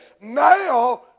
now